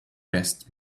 best